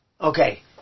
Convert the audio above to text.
Okay